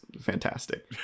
fantastic